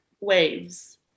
waves